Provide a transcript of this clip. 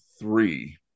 three